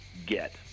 get